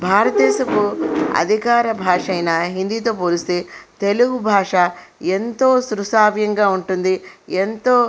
భారతదేశపు అధికార భాష అయిన హిందీతో పోలిస్తే తెలుగు భాష ఎంతో శృసావ్యంగా ఉంటుంది ఎంతో